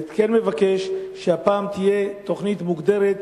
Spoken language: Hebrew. והייתי כן מבקש שהפעם תהיה תוכנית מוגדרת,